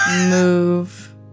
move